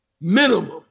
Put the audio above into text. Minimum